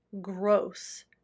gross